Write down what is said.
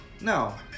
No